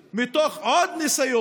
מתוך עוד ניסיון